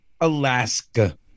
Alaska